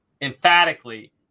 emphatically